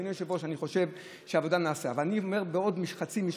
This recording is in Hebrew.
אדוני היושב-ראש, אני אומר עוד חצי משפט: